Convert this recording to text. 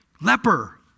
leper